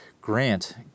Grant